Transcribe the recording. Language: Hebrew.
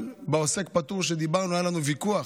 העוסק הפטור שדיברנו, היה לנו ויכוח: